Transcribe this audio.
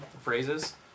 phrases